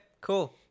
Cool